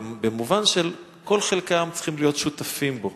במובן שכל חלקי העם צריכים להיות שותפים בו,